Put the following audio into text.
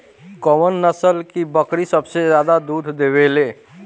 कौन नस्ल की बकरी सबसे ज्यादा दूध देवेले?